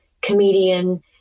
comedian